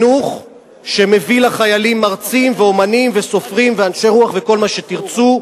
שמביא לחיילים מרצים ואמנים וסופרים ואנשי רוח וכל מה שתרצו,